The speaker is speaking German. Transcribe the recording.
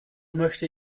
möchte